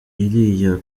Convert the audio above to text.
iriya